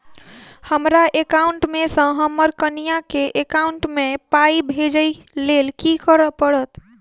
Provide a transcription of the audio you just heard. हमरा एकाउंट मे सऽ हम्मर कनिया केँ एकाउंट मै पाई भेजइ लेल की करऽ पड़त?